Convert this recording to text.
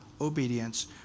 obedience